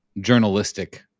journalistic